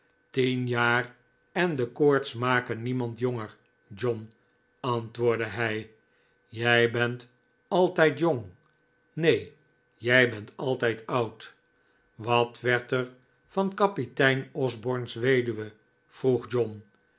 tien jaar en de koorts maken niemand jonger john antwoordde hij jij bent altijd jong nee jij bent altijd oud wat werd er van kapitein osborne's weduwe vroeg john